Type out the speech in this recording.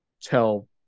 tell